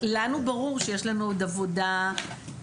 לנו ברור שיש לנו עוד עבודה בעניין.